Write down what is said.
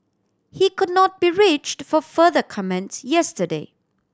he could not be reached for further comments yesterday